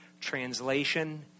translation